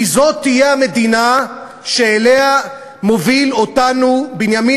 כי זאת תהיה המדינה שאליה מוביל אותנו בנימין